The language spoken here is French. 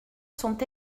sont